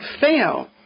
fail